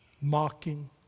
Mocking